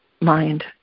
mind